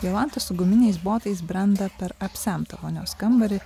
jolanta su guminiais botais brenda per apsemtą vonios kambarį